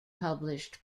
published